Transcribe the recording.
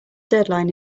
deadline